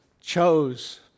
chose